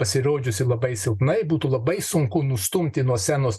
pasirodžiusi labai silpnai būtų labai sunku nustumti nuo scenos